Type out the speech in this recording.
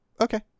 Okay